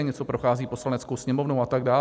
Něco prochází Poslaneckou sněmovnou a tak dále.